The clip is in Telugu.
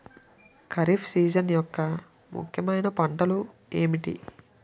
ఖరిఫ్ సీజన్ యెక్క ముఖ్యమైన పంటలు ఏమిటీ?